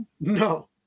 No